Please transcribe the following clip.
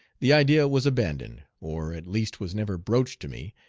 the idea was abandoned, or at least was never broached to me,